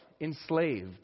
enslaved